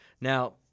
Now